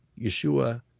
Yeshua